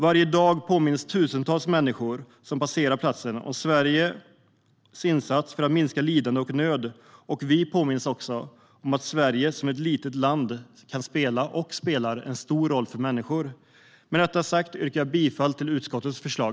Varje dag påminns tusentals människor som passerar platsen om Sveriges insats för att minska lidande och nöd, och vi påminns också om att Sverige som ett litet land kan spela och spelar en stor roll för människor. Med detta sagt yrkar jag bifall till utskottets förslag.